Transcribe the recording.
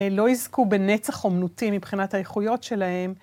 לא יזכו בנצח אומנותי מבחינת האיכויות שלהם